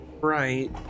Right